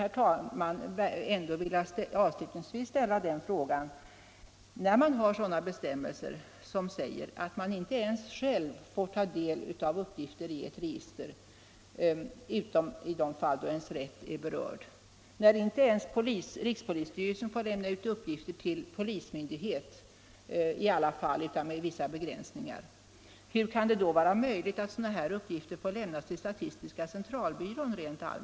Avslutningsvis vill jag ställa denna fråga: När vi har bestämmelser som säger att inte ens man själv får ta del av uppgiften i ett register — utom i de fall då ens egen rätt är berörd — och när inte rikspolisstyrelsen får lämna ut uppgifter till polismyndighet i alla fall utan med vissa begränsningar, hur kan det då vara möjligt att sådana uppgifter rent allmänt får lämnas till statistiska centralbyrån?